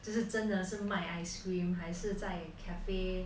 这是真的真的卖 ice cream 还是在 cafe